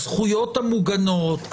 הזכויות המוגנות,